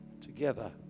together